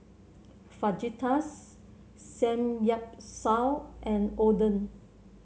Fajitas Samgyeopsal and Oden